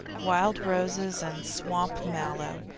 wild roses and swamp mallow,